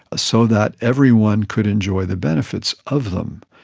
so that everyone could enjoy the benefits of them.